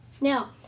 Now